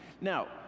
Now